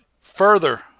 further